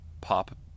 pop